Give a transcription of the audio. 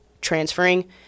transferring